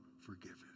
forgiven